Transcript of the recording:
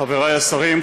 חברי השרים,